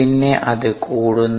പിന്നെ അത് കൂടുന്നു